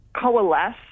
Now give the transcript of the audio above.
coalesce